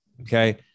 Okay